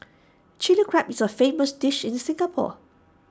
Chilli Crab is A famous dish in Singapore